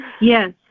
yes